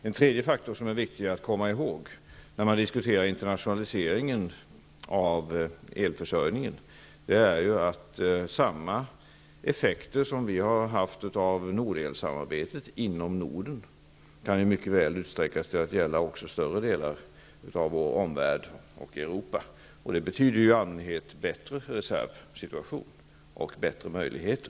En tredje faktor som är viktig att komma ihåg när man diskuterar internationaliseringen av elförsörjningen är ju att samma effekter som vi har haft av Nordelsamarbetet inom Norden mycket väl kan utsträckas till att gälla också större delar av vår omvärld och Europa. Det betyder i allmänhet bättre reservsituation och bättre möjligheter.